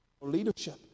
leadership